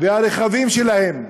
והרכבים שלהם,